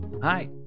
Hi